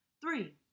three